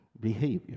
behavior